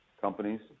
companies